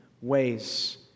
ways